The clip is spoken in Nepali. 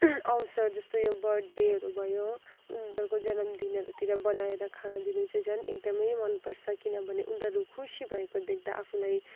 अवसर जस्तो यो बर्थडेहरू भयो उनीहरूको जनमदिनहरूतिर बनाएर खाना दिनु चाहिँ झन् एकदमै मनपर्छ किनभने उनीहरू खुसी भएको देख्दा आफूलाई